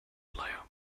player